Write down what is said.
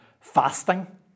fasting